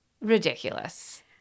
ridiculous